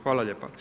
Hvala lijepa.